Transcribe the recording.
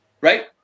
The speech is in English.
Right